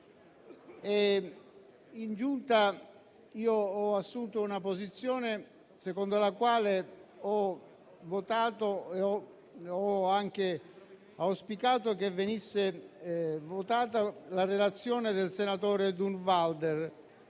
In Giunta ho assunto una posizione secondo la quale ho votato, auspicando che venisse approvata la relazione del senatore Durnwalder,